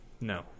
no